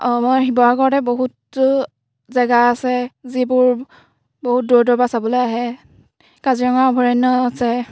অঁ মই শিৱসাগৰতে বহুত জেগা আছে যিবোৰ বহুত দূৰ দূৰৰ পৰা চাবলৈ আহে কাজিৰঙা অভয়াৰণ্য আছে